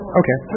okay